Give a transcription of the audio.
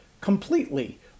completely